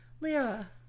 Lyra